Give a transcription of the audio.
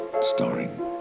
starring